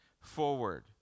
forward